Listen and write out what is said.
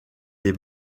des